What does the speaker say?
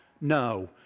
no